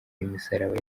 imisaraba